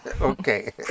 okay